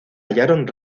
hallaron